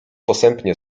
posępnie